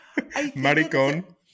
Maricon